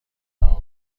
رها